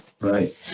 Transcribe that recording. Right